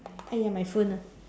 !aiya! my phone ah